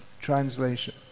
translation